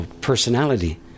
personality